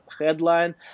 headline